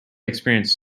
experience